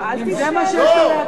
שאלתי שאלה.